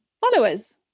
followers